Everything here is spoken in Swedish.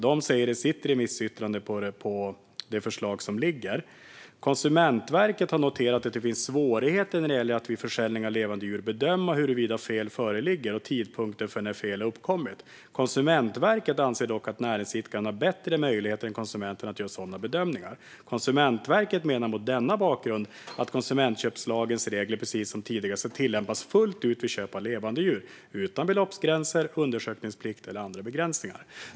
De säger så här i sitt remissyttrande över förslaget: Konsumentverket har noterat att det finns svårigheter när det gäller att vid försäljning av levande djur bedöma huruvida fel föreligger och tidpunkten för när fel har uppkommit. Konsumentverket anser dock att näringsidkaren har bättre möjligheter än konsumenten att göra sådana bedömningar. Konsumentverket menar mot denna bakgrund att konsumentköplagens regler, precis som tidigare, ska tillämpas fullt ut vid köp av levande djur utan beloppsgränser, undersökningsplikt eller andra begränsningar.